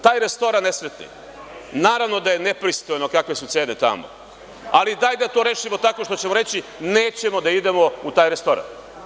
Taj restoran nesretni, naravno da je nepristojno kako sad sede tamo, ali daj da to rešimo tako što ćemo reći – nećemo da idemo u taj restoran.